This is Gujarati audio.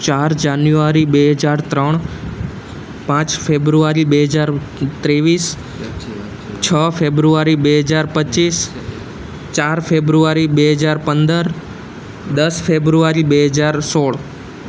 ચાર જાન્યુઆરી બે હજાર ત્રણ પાંચ ફેબ્રુઆરી બે હજાર ત્રેવીસ છ ફેબ્રુઆરી બે હજાર પચીસ ચાર ફેબ્રુઆરી બે હજાર પંદર દસ ફેબ્રુઆરી બે હજાર સોળ